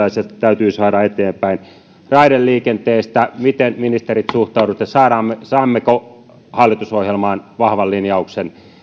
ja se täytyy saada eteenpäin raideliikenteestä miten ministerit suhtaudutte saammeko saammeko hallitusohjelmaan vahvan linjauksen